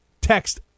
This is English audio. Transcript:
text